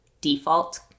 default